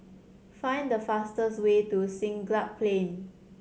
find the fastest way to Siglap Plain